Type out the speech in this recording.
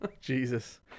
Jesus